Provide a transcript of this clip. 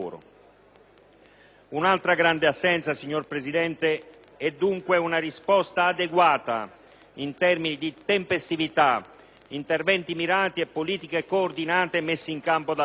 Un'altra grande assenza, signor Presidente, è dunque una risposta adeguata in termini di tempestività, interventi mirati e politiche coordinate messe in campo dal Governo.